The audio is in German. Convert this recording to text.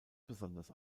besonders